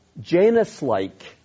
Janus-like